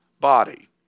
body